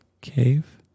cave